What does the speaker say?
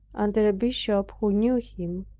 under a bishop who knew him,